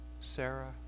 Sarah